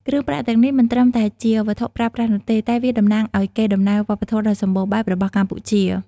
គ្រឿងប្រាក់ទាំងនេះមិនត្រឹមតែជាវត្ថុប្រើប្រាស់នោះទេ តែវាតំណាងឱ្យកេរ្តិ៍ដំណែលវប្បធម៌ដ៏សម្បូរបែបរបស់កម្ពុជា។